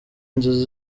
inzozi